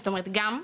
זאת אומרת, גם,